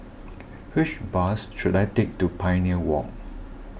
which bus should I take to Pioneer Walk